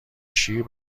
شیر